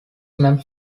map